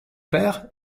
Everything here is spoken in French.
père